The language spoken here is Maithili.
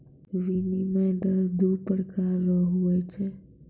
विनिमय दर दू प्रकार रो हुवै छै